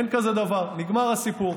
אין כזה דבר, נגמר הסיפור.